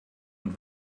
und